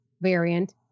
variant